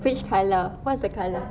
which colour what is the colour